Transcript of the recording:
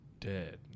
dead